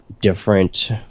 different